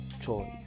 choice